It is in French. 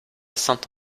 sainte